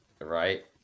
right